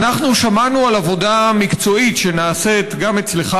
אנחנו שמענו על עבודה מקצועית שנעשית גם אצלך,